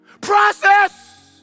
Process